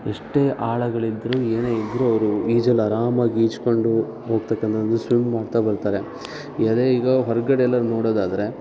ಎಷ್ಟೇ ಆಳಗಳಿದ್ರೂ ಏನೇ ಇದ್ರೂ ಅವರು ಈಜಲು ಆರಾಮಾಗಿ ಈಜಿಕೊಂಡು ಹೋಗ್ತಕ್ಕಂಥದ್ದು ಅಂದ್ರೆ ಸ್ವಿಮ್ ಮಾಡ್ತಾ ಬರ್ತಾರೆ ಅದೇ ಈಗ ಹೊರಗಡೆ ಎಲ್ಲರು ನೋಡೋದಾದರೆ